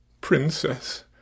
Princess